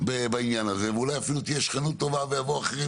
בעניין הזה ואולי אפילו תהיה שכנות טובה ויבואו אחרים